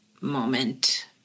moment